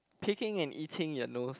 picking and eating your nose